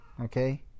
Okay